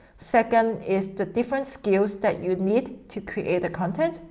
second is the different skills that you need to create the content.